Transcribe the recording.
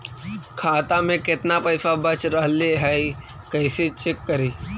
खाता में केतना पैसा बच रहले हे कैसे चेक करी?